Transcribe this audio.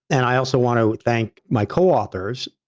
and i also want to thank my co-authors,